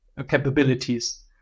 capabilities